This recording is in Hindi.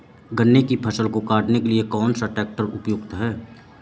गन्ने की फसल को काटने के लिए कौन सा ट्रैक्टर उपयुक्त है?